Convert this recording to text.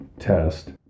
Test